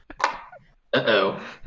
Uh-oh